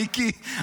מיקי,